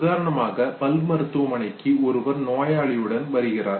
உதாரணமாக பல் மருத்துவமனைக்கு ஒருவர் நோயாளியுடன் வருகிறார்